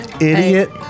idiot